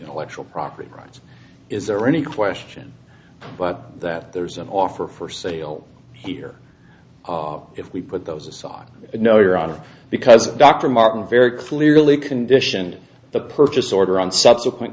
intellectual property rights is there any question that there's an offer for sale here if we put those aside no your honor because dr martin very clearly can do the purchase order on subsequent